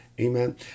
amen